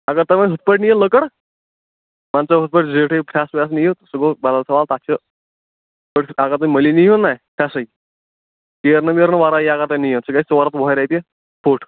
اَگر تُہۍ وۅنۍ یِتھٕ پٲٹھۍ نِیِو لٔکٕر مطلب یتھٕ پٲٹھۍ زیٖٹھٕے پھرٛس وَس نِیِو سُہ گوٚو بدل سوال تتھ چھُ اَگر تُہۍ مٔلِی نِیِو نا پھرٛسٕے شیرنہٕ وٲرنہٕ ورٲیی اگر تُہۍ نِیِو سُہ گژھِ ژور ہتھ وُہے رۄپیہِ فُٹ